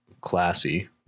classy